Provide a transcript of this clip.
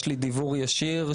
יש לי דיוור ישיר,